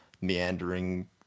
meandering